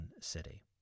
city